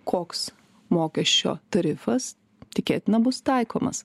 koks mokesčio tarifas tikėtina bus taikomas